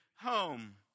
home